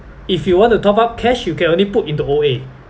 if you want to top up cash you can only put into O_A